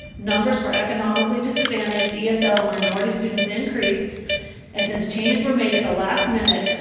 numbers for economically disadvantaged, esl and minority students increased and since changes were made at the last minute,